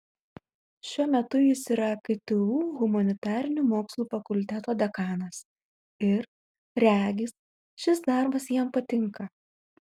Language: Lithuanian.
šiuo metu jis yra ktu humanitarinių mokslų fakulteto dekanas ir regis šis darbas jam patinka